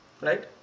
right